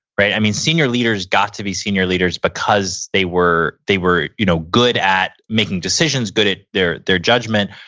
right? i mean, senior leaders got to be senior leaders because they were they were you know good at making decisions, good that their their judgment,